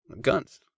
Guns